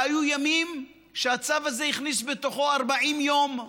והיו ימים שהצו הזה הכניס בתוכו 40 יום,